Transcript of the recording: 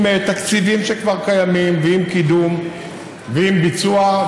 עם תקציבים שכבר קיימים ועם קידום ועם ביצוע.